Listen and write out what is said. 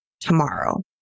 tomorrow